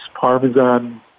parmesan